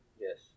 Yes